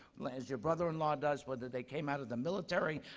like as your brother-in-law does, whether they came out of the military,